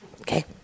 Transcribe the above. Okay